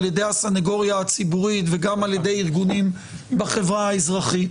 ידי הסניגוריה הציבורית וגם על ידי ארגונים בחברה האזרחית,